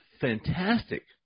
Fantastic